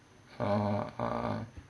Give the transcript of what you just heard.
oh